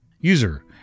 User